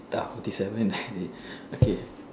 orh fifty seven it okay